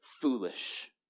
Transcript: foolish